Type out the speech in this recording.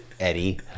eddie